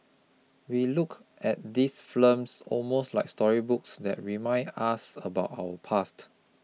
we look at these films almost like storybooks that remind us about our past